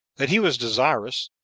that he was desirous,